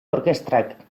orkestrak